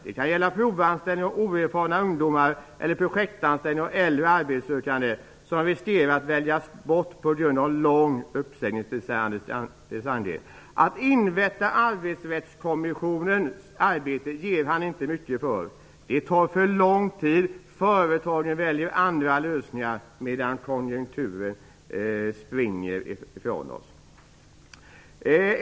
Det kan gälla provanställning av oerfarna ungdomar eller projektanställning av äldre arbetssökande, som riskerar att väljas bort på grund av lång uppsägningstid. Att invänta Arbetsrättskommissionens arbete ger Anders Sandgren inte mycket för. Det tar för lång tid, företagen väljer andra lösningar medan konjunkturen springer ifrån oss.